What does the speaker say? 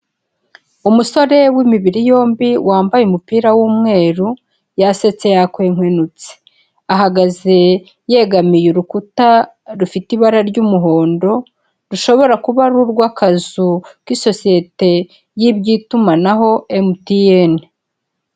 Umusore w'imibiri yombi wambaye umupira w'umweru, yasetse yakwenkwenutse, ahagaze yegamiye urukuta rufite ibara ry'umuhondo, rushobora kuba ari urw'akazu k'isosiyete y'iby'itumanaho MTN.